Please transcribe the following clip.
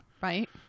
Right